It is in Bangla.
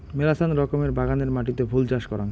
মেলাচান রকমের বাগানের মাটিতে ফুল চাষ করাং